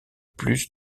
plus